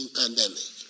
pandemic